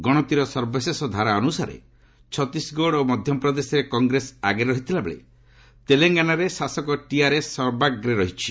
ଗଣତିର ସର୍ବଶେଷ ଧାରା ଅନୁସାରେ ଛତିଶଗଡ଼ ଓ ମଧ୍ୟପ୍ରଦେଶରେ କଂଗ୍ରେସ ଆଗରେ ରହିଥିଲାବେଳେ ତେଲଙ୍ଗାନାରେ ଶାସକ ଟିଆର୍ଏସ୍ ସର୍ବାଗ୍ରେ ରହିଛି